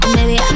Baby